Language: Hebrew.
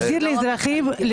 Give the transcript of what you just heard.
להחזיר לאזרחים.